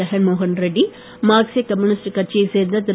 ஜெகன்மோகன் ரெட்டி மார்க்சிய கம்யுனிஸ்ட் கட்சியைச் சேர்ந்த திரு